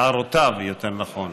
הערותיו, יותר נכון,